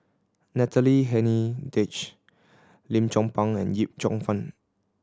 Natalie Hennedige Lim Chong Pang and Yip Cheong Fun